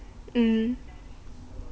mm